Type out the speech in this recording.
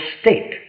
state